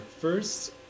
First